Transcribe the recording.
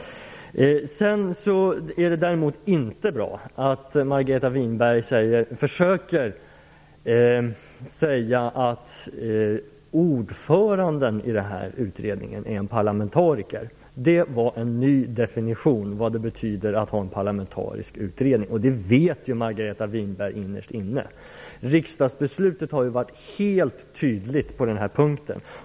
Däremot är inte Margareta Winbergs försök särskilt bra, när hon säger att ordföranden i utredningen är en parlamentariker. Det var en ny definition av vad det betyder att ha en parlamentarisk utredning, och det vet Margareta Winberg innerst inne. Riksdagsbeslutet är helt entydigt på den punkten.